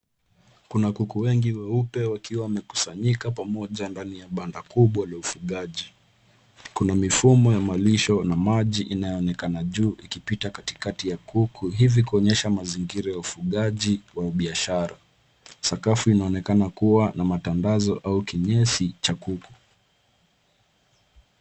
Kuna kuku wengi weupe wakiwa wamekusanyika pamoja ndani ya banda kubwa la ufugaji. Kuna mifumo ya malisho na maji inayoonekana juu ikipita katikati ya kuku, hivi ikionyesha mazingira ya ufugaji wa biashara. Sakafu inaonekana kuwa na matandazo au kinyesi cha kuku.